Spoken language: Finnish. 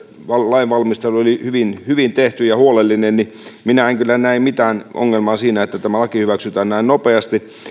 lainvalmistelu oli hyvin hyvin tehty ja huolellista niin että minä en kyllä näe mitään ongelmaa siinä että tämä laki hyväksytään näin nopeasti